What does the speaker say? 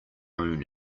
own